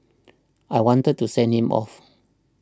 I wanted to send him off